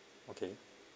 okay